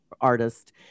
artist